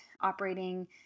operating